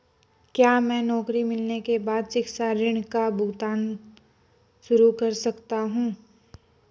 क्या मैं नौकरी मिलने के बाद शिक्षा ऋण का भुगतान शुरू कर सकता हूँ?